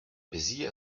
busy